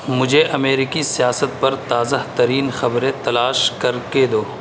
مجھے امیرکی سیاست پر تازہ ترین خبریں تلاش کر کے دو